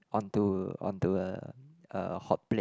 onto onto a a hot plate